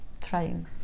trying